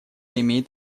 имеет